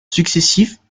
successifs